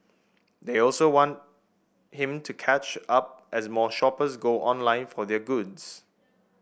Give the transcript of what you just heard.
they also want him to catch up as more shoppers go online for their goods